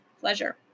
pleasure